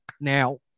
now